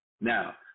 Now